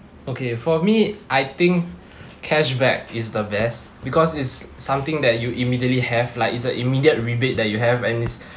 okay for me I think cashback is the best because it's something that you immediately have like it's a immediate rebate that you have and it's